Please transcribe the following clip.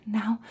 now